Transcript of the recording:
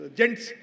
gents